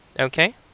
Okay